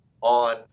on